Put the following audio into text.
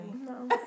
No